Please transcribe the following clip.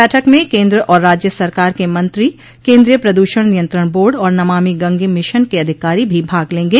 बैठक में केन्द्र और राज्य सरकार के मंत्री केन्द्रीय प्रदूषण नियंत्रण बोर्ड और नमामि गंग मिशन के अधिकारी भी भाग लेंगे